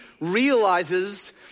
realizes